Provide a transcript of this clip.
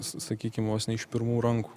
sa sakykim vos ne iš pirmų rankų